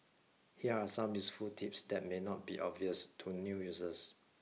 here are some useful tips that may not be obvious to new users